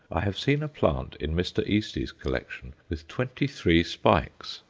i have seen a plant in mr. eastey's collection with twenty-three spikes,